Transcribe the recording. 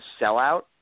sellout